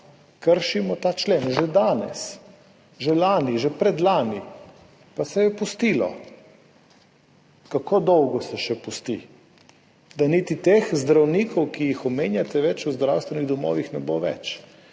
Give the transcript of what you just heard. kršimo ta člen že danes, že lani, že predlani, pa se je pustilo. Kako dolgo se še pusti? Da niti teh zdravnikov, ki jih omenjate, več v zdravstvenih domovih ne bo več,